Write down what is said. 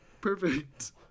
perfect